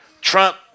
Trump